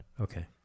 okay